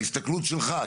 בהסתכלות שלך,